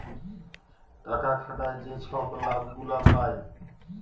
টাকা খাটায় যে ছব লাভ গুলা পায়